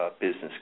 business